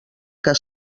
que